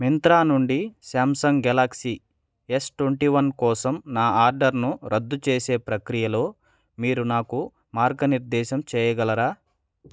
మింత్రా నుండి Samsung Galaxy S twenty one కోసం నా ఆర్డర్ను రద్దు చేసే ప్రక్రియలో మీరు నాకు మార్గనిర్దేశం చేయగలరా